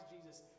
Jesus